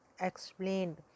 explained